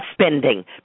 spending